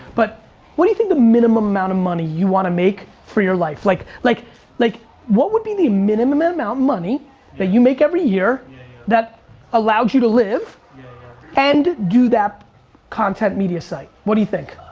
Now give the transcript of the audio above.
but what do you think the minimum amount of money you wanna make for your life? like like like what would be the minimum amount of money that you make every year that allowed you to live and do that content media site? what do you think?